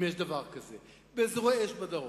אם יש דבר כזה באזורי אש בדרום.